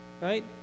Right